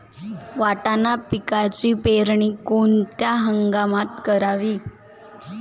वाटाणा पिकाची पेरणी कोणत्या हंगामात करावी?